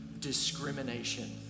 discrimination